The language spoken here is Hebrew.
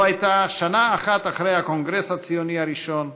זו הייתה שנה אחת אחרי הקונגרס הציוני הראשון,